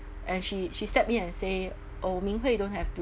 and she she stepped me and say oh ming hui you don't have to